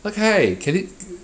okay can it